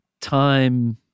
time